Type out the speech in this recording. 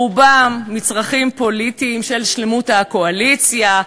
רובם מצרכים פוליטיים של שלמות הקואליציה,